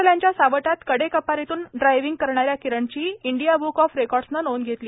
नक्षल्यांच्या सावटात कडेकपारीतून ड्रायव्हींग करणाऱ्या किरणची इंडिया ब्रुक ऑफ रेकॉर्ड्सने नोंद घेतली